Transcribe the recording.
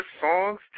songs